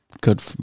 good